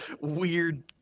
weird